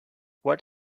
what